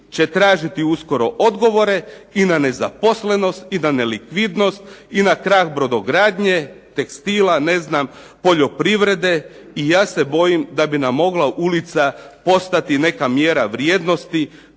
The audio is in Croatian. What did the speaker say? će tražiti uskoro odgovore, i na nezaposlenost i na nelikvidnost, i na krah brodogradnje, tekstila, ne znam poljoprivrede, i ja se bojim da bi nam mogla ulica postati neka mjera vrijednosti